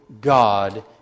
God